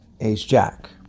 Ace-Jack